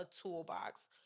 toolbox